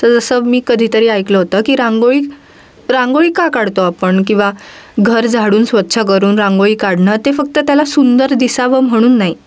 तर जसं मी कधीतरी ऐकलं होतं की रांगोळी रांगोळी का काढतो आपण किंवा घर झाडून स्वच्छ करून रांगोळी काढणं ते फक्त त्याला सुंदर दिसावं म्हणून नाही